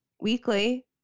weekly